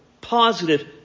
Positive